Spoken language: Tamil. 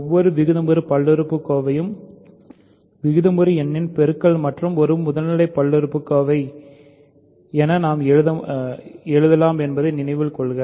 ஒவ்வொரு விகிதமுறு பல்லுறுப்புக்கோவையும் விகிதமுறு எண்ணின் பெருக்கல் மற்றும் ஒரு முதல்நிலை பல்லுறுப்புக்கோவை என நாம் எழுதலாம் என்பதை நினைவில் கொள்க